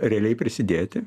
realiai prisidėti